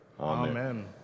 Amen